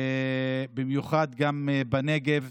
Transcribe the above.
במיוחד גם בנגב,